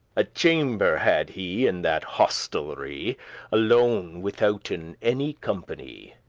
a chamber had he in that hostelry alone, withouten any company,